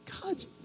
God's